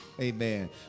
amen